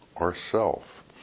ourself